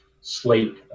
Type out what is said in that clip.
slate